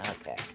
Okay